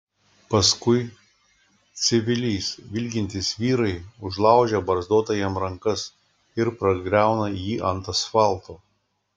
paskui civiliais vilkintys vyrai užlaužia barzdotajam rankas ir pargriauna jį ant asfalto